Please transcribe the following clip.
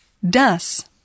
das